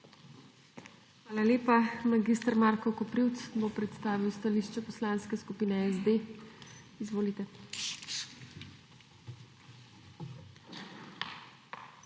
Hvala lepa. Mag. Marko Koprivc bo predstavil stališče Poslanske skupine Socialnih